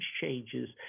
changes